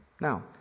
Now